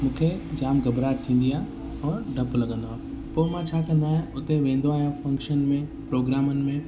मूंखे जामु घॿराहट थींदी आहे और डपु लॻंदो आहे पोइ मां छा कंदो आहियां उते वेंदो आहिया फ़क्शन में प्रोग्रामन में